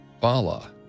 Bala